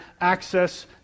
access